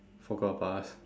forgot about us